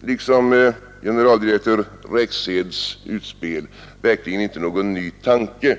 liksom generaldirektör Rexeds utspel, verkligen inte någon ny tanke.